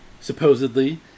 Supposedly